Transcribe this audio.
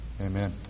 Amen